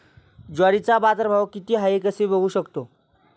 ज्वारीचा बाजारभाव किती आहे कसे बघू शकतो?